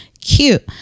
cute